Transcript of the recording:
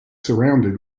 surrounded